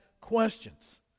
questions